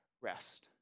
rest